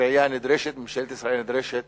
השביעייה נדרשת, ממשלת ישראל נדרשת